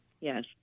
Yes